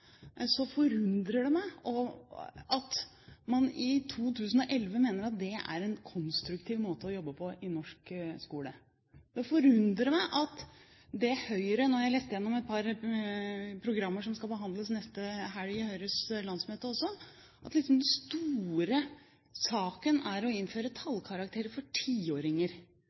så forundrer det meg at man i 2011 mener at det er en konstruktiv måte å jobbe på i norsk skole. Det forundrer meg at den store saken for Høyre – nå har jeg lest igjennom et par programmer som skal behandles neste helg på Høyres landsmøte – er å innføre tallkarakterer for 10-åringer. Det eneste Høyre har å